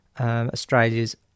Australia's